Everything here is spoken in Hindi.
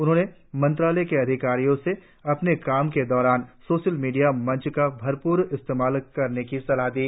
उन्होंने मंत्रालय के अधिकारियों से अपने काम के दौरान सोशल मीडिया मंच का भरपूर इस्तेमाल करने की सलाह दी